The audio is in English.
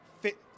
fit